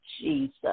Jesus